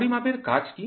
পরিমাপের কাজ কী